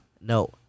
No